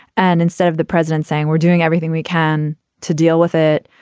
and instead of the president saying we're doing everything we can to deal with it,